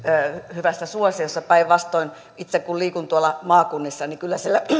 hyvässä suosiossa päinvastoin itse kun liikun tuolla maakunnissa niin kyllä siellä